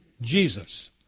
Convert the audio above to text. Jesus